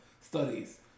studies